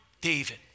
David